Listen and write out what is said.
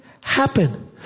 happen